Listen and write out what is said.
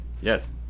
Yes